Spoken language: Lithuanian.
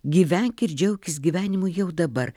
gyvenk ir džiaukis gyvenimu jau dabar